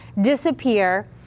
disappear